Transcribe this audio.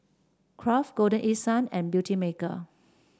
Kraft Golden East Sun and Beautymaker